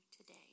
today